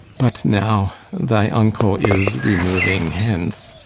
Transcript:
but now thy vnckle is remouing hence,